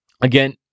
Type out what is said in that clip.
again